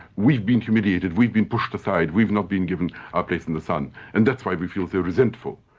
we've been humiliated, we've been pushed aside, we've not been given our place in the sun and that's why we feel so resentful.